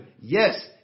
Yes